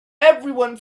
everyone